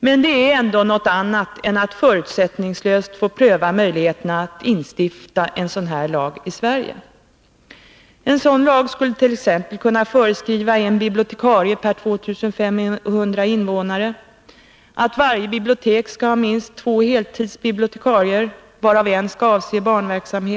Men detta är ändock något annat än att förutsättningslöst få pröva möjligheterna att få stifta en sådan lag i Sverige. En sådan lag skulle t.ex. kunna föreskriva en bibliotekarie för 2 500 invånare. Vidare skulle lagen kunna föreskriva att varje bibliotek skall ha allra minst två heltidsbibliotekarier, varav en skall avse barnverksamhet.